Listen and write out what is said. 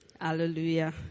Hallelujah